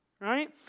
right